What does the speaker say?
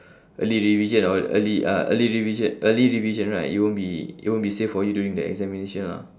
early revision or early uh early revision early revision right it won't be it won't be safe for you during the examination lah